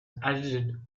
edited